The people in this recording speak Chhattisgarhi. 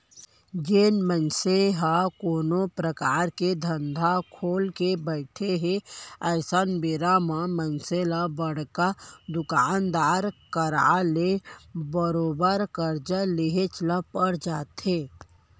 जेन मनसे ह कोनो परकार के धंधा खोलके बइठे हे अइसन बेरा म मनसे ल बड़का दुकानदार करा ले बरोबर करजा लेहेच ल पर जाथे